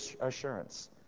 assurance